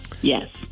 Yes